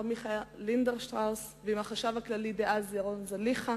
מיכה לינדנשטראוס ועם החשב הכללי דאז ירון זליכה